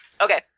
okay